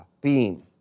beam